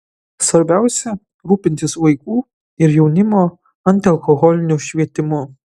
svarbiausia rūpintis vaikų ir jaunimo antialkoholiniu švietimu